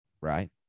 right